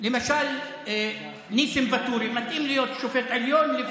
למשל ניסים ואטורי מתאים להיות שופט עליון,